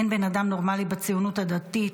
אין בן אדם נורמלי בציונות הדתית.